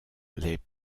les